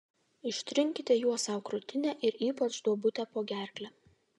ištrinkite juo sau krūtinę ir ypač duobutę po gerkle